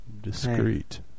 Discreet